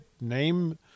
name